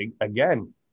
again